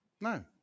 No